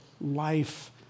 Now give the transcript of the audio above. life